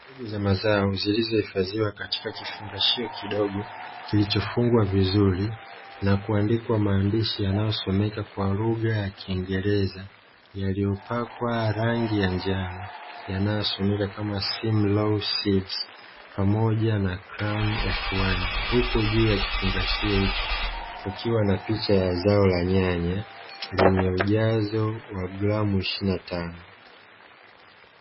Mbegu za mazao zilizohifadhiwa katika kifungashio kidogo kilichofungwa vizuri na kuandikwa maandishi yanayosomeka kwa lugha ya kiingereza yaliyopakwa rangi ya njano yanayosomeka kama "simlaw seeds" pamoja na "crown f1" huku juu ya kifungashio hicho ukiwa na picha ya zao la nyanya lenye ujazo wa gramu ishirini na tano.